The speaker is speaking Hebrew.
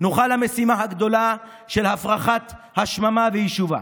נוכל למשימה הגדולה שלה פרחת השממה ויישובה.